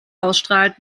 ausstrahlt